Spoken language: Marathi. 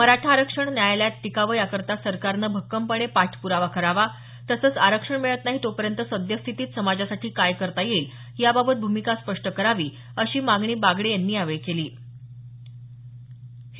मराठा आरक्षण न्यायालयात टिकावं याकरता सरकारनं भक्कमपणे पाठप्रावा करावा तसंच आरक्षण मिळत नाही तोपर्यंत सद्य स्थितीत समाजासाठी काय करता येईल याबाबत भूमिका स्पष्ट करावी अशी मागणी बागडे यांनी यावेळी बोलताना केली